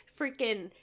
Freaking